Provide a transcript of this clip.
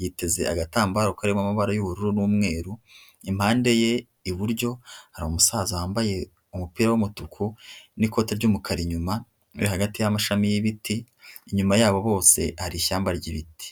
Yiteze agatambaro karirimo amabara y'ubururu n'umweru, impande ye iburyo hari umusaza wambaye umupira w'umutuku n'ikote ry'umukara inyuma uri hagati y'amashami y'ibiti, inyuma yabo bose hari ishyamba ry'ibiti.